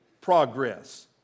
progress